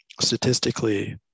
statistically